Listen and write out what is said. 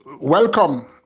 welcome